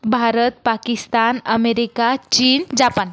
Bharat Pakistan America चीन Japan